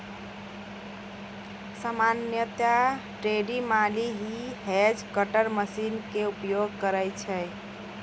सामान्यतया ट्रेंड माली हीं हेज कटर मशीन के उपयोग करै छै